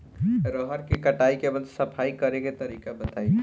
रहर के कटाई के बाद सफाई करेके तरीका बताइ?